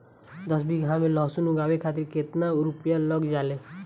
दस बीघा में लहसुन उगावे खातिर केतना रुपया लग जाले?